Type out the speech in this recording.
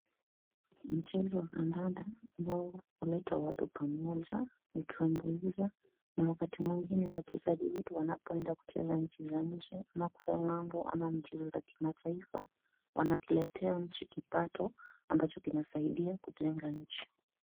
Mchezo wa kandanda ambao huleta watu pamoja. Hutanguliza na wakati mwingine wachezaji wetu wanapoenda kucheza nchi za nje ama kule ng'ambo ama michezo za kimataifa wanatuletea nchi kipato ambacho kinasaidia kujenga nchi.